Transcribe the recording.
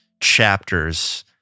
chapters